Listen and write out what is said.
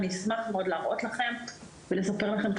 אני אשמח מאוד להראות לכם ולספר לכם על